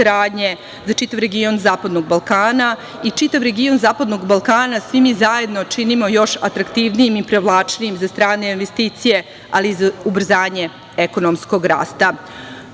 za čitav region Zapadnog Balkana, i čitav region Zapadnog Balkana, svi mi zajedno činimo još atraktivnijim i privlačnijim za strane investicije, ali i za ubrzanje ekonomskog rasta. Srbija